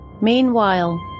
Meanwhile